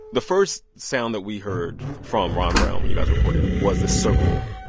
the first sound that we heard from ron brown when you guys reported was this circle.